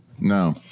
No